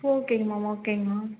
ஓகேங்க மேம் ஓகேங்க மேம்